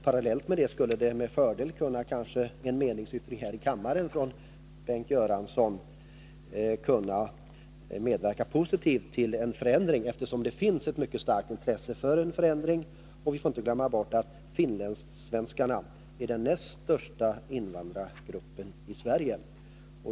Parallellt med en sådan uppvaktning skulle en meningsyttring från statsrådet Göransson här i kammaren kunna medverka positivt till en förändring, eftersom det finns ett mycket starkt intresse för en förändring. Vi får inte glömma bort att finlandssvenskarna är den näst största invandrargruppen i Sverige.